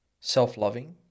self-loving